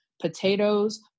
potatoes